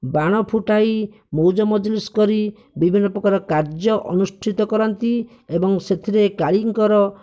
ବାଣ ଫୁଟାଇ ମୌଜ ମଜଲିସ୍ କରି ବିଭିନ୍ନ ପ୍ରକାର କାର୍ଯ୍ୟ ଅନୁଷ୍ଠିତ କରନ୍ତି ଏବଂ ସେଥିରେ କାଳୀଙ୍କର